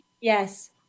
Yes